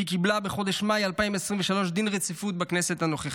והיא קיבלה בחודש מאי 2023 דין רציפות בכנסת הנוכחית.